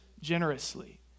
generously